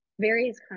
various